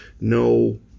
no